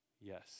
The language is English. yes